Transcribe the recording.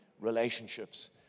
relationships